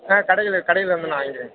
ஆ கடையில் கடையிலேருந்து நான் வாங்கிக்கிறேன்